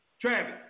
Travis